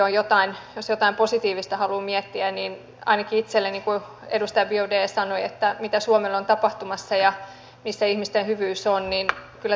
jos jotain positiivista haluaa miettiä niin ainakin itselleni kun edustaja biaudet kysyi mitä suomelle on tapahtumassa ja missä ihmisten hyvyys on kyllä täällä joitain hyviäkin ihmisiä on onneksi paikalla